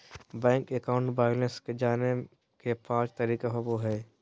bank account balance के जाने के पांच तरीका होबो हइ